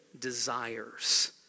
desires